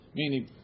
meaning